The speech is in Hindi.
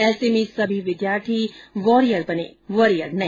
ऐसे में सभी विधार्थी वॉरियर बने वरियर नहीं